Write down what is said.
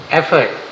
effort